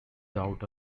doubt